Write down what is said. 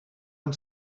han